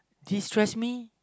distress me